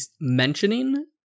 mentioning